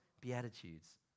Beatitudes